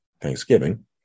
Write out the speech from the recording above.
Thanksgiving